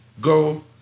go